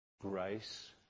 grace